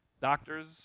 Doctors